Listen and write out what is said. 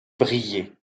briller